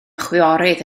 chwiorydd